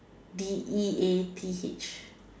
D E A T H